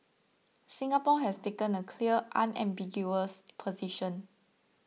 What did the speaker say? Singapore has taken a clear unambiguous position